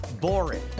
boring